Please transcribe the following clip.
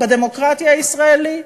בדמוקרטיה הישראלית,